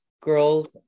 girls